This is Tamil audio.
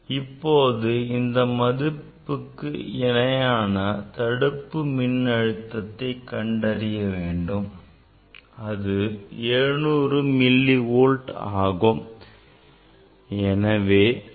இப்போது இந்த மதிப்புக்கு இணையான தடுப்பு மின் அழுத்தத்தை கண்டறிய வேண்டும் அது 700 மில்லி வோல்ட் ஆகும்